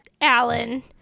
Alan